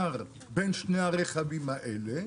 בין שני הרכבים האלה.